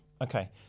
Okay